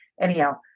Anyhow